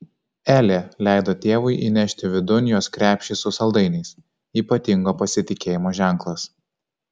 elė leido tėvui įnešti vidun jos krepšį su saldainiais ypatingo pasitikėjimo ženklas